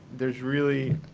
there's really